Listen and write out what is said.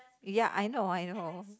ya I know I know